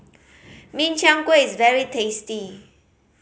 Min Chiang Kueh is very tasty